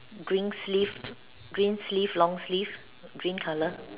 green sleeve green sleeve long sleeve green colour